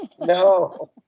No